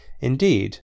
Indeed